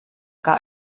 gar